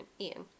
ian